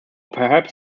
perhaps